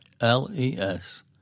L-E-S